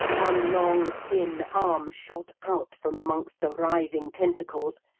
one long, thin arm shot out from amongst the writhing tentacles,